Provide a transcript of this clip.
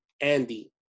Andy